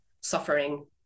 suffering